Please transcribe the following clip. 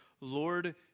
Lord